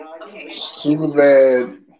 Superbad